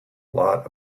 lot